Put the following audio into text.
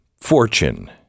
Fortune